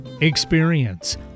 Experience